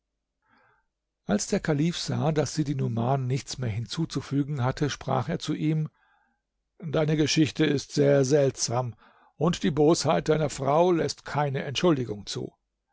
als der kalif sah daß sidi numan nichts mehr hinzuzufügen hatte sprach er zu ihm deine geschichte ist sehr seltsam und die bosheit deiner frau läßt keine entschuldigung zu